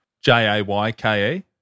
J-A-Y-K-E